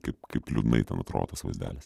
kaip kaip liūdnai ten atrodo tas vaizdelis